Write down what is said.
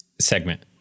segment